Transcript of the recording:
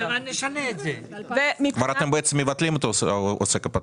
אתם בעצם מבטלים את העוסק הפטור?